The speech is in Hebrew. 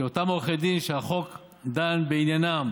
אותם עורכי דין שהחוק דן בעניינם